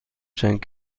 چند